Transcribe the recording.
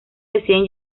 deciden